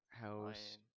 house